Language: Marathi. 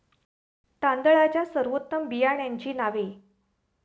तांदळाच्या सर्वोत्तम बियाण्यांची नावे?